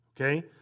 okay